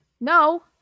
no